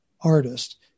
artist